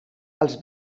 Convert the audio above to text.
als